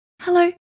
Hello